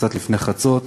קצת לפני חצות.